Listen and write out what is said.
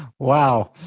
wow.